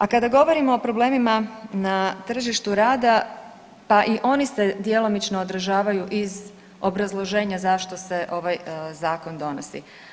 A kada govorimo o problemima na tržištu rada, pa i oni se djelomično odražavaju iz obrazloženja zašto se ovaj zakon donosi.